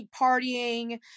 partying